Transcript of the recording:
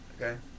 okay